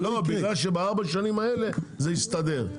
לא, בגלל שבארבע השנים האלה, זה הסתדר.